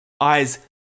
eyes